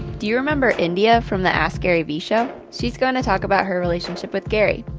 do you remember india from the askgaryvee show she's going to talk about her relationship with gary.